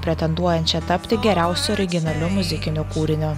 pretenduojančią tapti geriausiu originaliu muzikiniu kūriniu